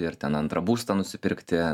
ir ten antrą būstą nusipirkti